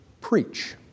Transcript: preach